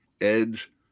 Edge